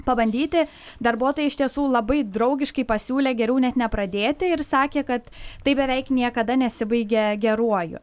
pabandyti darbuotojai iš tiesų labai draugiškai pasiūlė geriau net nepradėti ir sakė kad tai beveik niekada nesibaigia geruoju